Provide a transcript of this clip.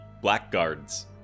blackguards